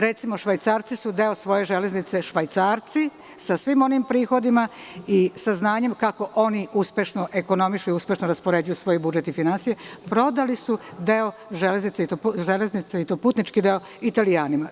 Recimo, Švajcarci su deo svoje železnice, Švajcarci sa svim onim prihodima i saznanjem kako oni uspešno ekonomišu i raspoređuju svoj budžet i finansije, prodali, i to putnički deo, Italijanima.